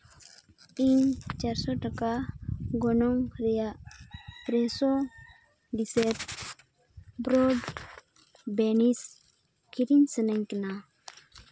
ᱤᱧ ᱪᱟᱨᱥᱚ ᱴᱟᱠᱟ ᱜᱚᱱᱚᱝ ᱨᱮᱭᱟᱜ ᱯᱷᱨᱮᱥᱳ ᱰᱤᱥᱮᱴ ᱵᱨᱳᱰ ᱵᱮᱱᱤᱥ ᱠᱤᱨᱤᱧ ᱥᱟᱱᱟᱹᱧ ᱠᱟᱱᱟ